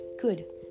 Good